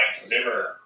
Zimmer